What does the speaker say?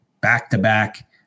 back-to-back